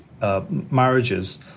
marriages